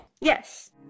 Yes